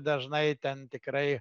dažnai ten tikrai